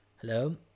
hello